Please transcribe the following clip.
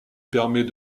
permet